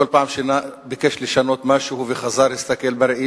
כל פעם שביקש לשנות משהו וחזר והסתכל בראי